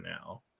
now